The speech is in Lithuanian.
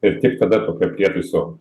ir tik tada tokio prietaiso